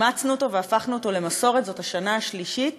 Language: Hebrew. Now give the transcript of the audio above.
ואימצנו אותו והפכנו אותו למסורת זו השנה השלישית.